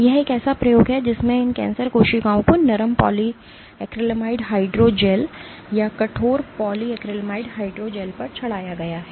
यह एक ऐसा प्रयोग है जिसमें इन कैंसर कोशिकाओं को नरम पॉलीक्रिलामाइड हाइड्रोजेल या कठोर पॉलीक्रैलेमाइड हाइड्रोजेल पर चढ़ाया गया है